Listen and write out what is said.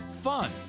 fun